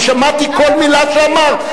אני שמעתי כל מלה שאמרת.